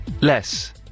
Less